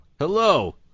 Hello